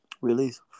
release